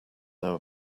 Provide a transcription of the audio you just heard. know